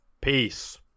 Peace